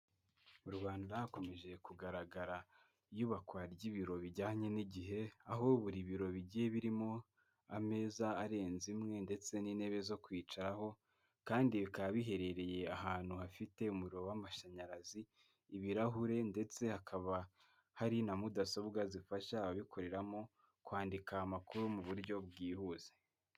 Mu Rwanda hakomeje kugaragara iyubakwa ry'ibiro bijyanye n'igihe aho buri biro bigiye birimo ameza arenze imwe ndetse n'intebe zo kwicaraho kandi bikaba biherereye ahantu hafite umuriro w'amashanyarazi, ibirahure ndetse hakaba hari na mudasobwa zifasha ababikoreramo kwandika amakuru mu buryo bwihuse.